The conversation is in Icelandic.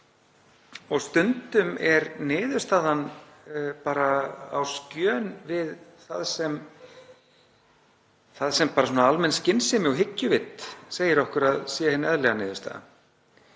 og stundum er niðurstaðan á skjön við það sem almenn skynsemi og hyggjuvit segir okkur að sé hin eðlilega niðurstaða.